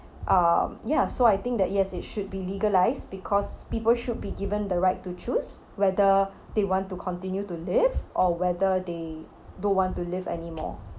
uh yeah so I think that yes it should be legalized because people should be given the right to choose whether they want to continue to live or whether they don't want to live anymore